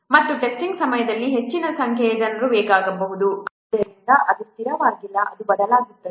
ಮತ್ತು ಟೆಸ್ಟಿಂಗ್ ಸಮಯದಲ್ಲಿ ಹೆಚ್ಚಿನ ಸಂಖ್ಯೆಯ ಜನರು ಬೇಕಾಗಬಹುದು ಆದ್ದರಿಂದ ಅದು ಸ್ಥಿರವಾಗಿಲ್ಲ ಅದು ಬದಲಾಗುತ್ತದೆ